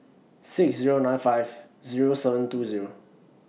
six Zero nine five Zero seven two Zero